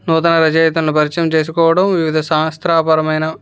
నూతన రచయితలని పరిచయం చేసుకోవడం వివిధ శాస్త్రాపరమైన